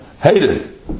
hated